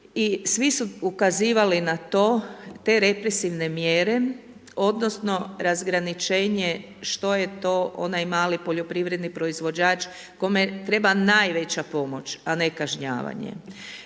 i svi su ukazivali na to, te represivne mjere, odnosno razgraničenje što je to onaj mali poljoprivredni proizvođač kome treba najveća pomoć a ne kažnjavanje.